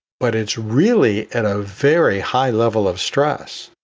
but it's really at a very high level of stress.